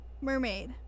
Mermaid